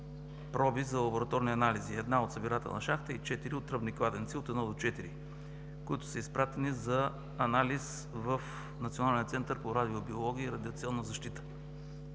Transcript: за лабораторни анализи – една от събирателна шахта и четири от тръбни кладенци от едно до четири, които са изпратени за анализ в Националния център по радиобиология и радиационна защита.